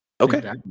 Okay